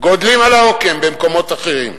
גדלים על העוקם במקומות אחרים.